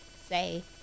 say